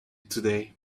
today